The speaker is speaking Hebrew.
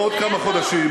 בעוד כמה חודשים,